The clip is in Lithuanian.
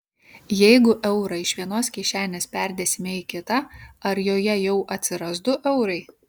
jeigu eurą iš vienos kišenės perdėsime į kitą ar joje jau atsiras du eurai